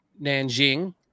Nanjing